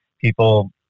people